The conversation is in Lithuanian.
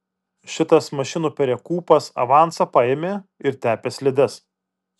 šitas mašinų perekūpas avansą paėmė ir tepė slides